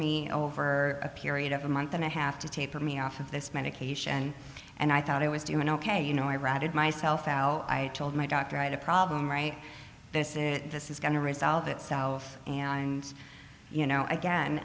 me over a period of a month and a half to taper me off of this medication and i thought i was doing ok you know i ratted myself i told my doctor i had a problem right this is that this is going to resolve itself and you know again